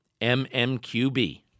MMQB